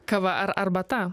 kava ar arbata